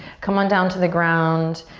come on down to the ground,